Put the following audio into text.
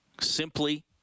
simply